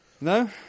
No